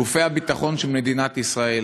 גופי הביטחון של מדינת ישראל,